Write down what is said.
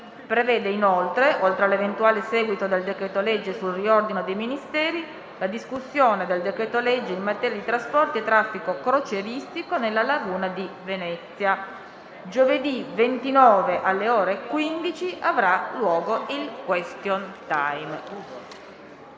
prevede inoltre, oltre all'eventuale seguito del decreto-legge sul riordino dei Ministeri, la discussione del decreto-legge in materia di trasporti e traffico crocieristico nella laguna di Venezia. Giovedì 29, alle ore 15, avrà luogo il *question time.*